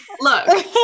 Look